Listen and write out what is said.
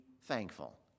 thankful